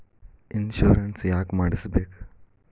Insurance ಯಾಕ್ ಮಾಡಿಸಬೇಕು?